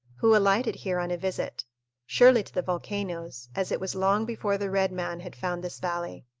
who alighted here on a visit surely to the volcanoes, as it was long before the red man had found this valley.